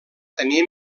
tenir